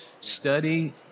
Study